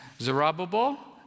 Zerubbabel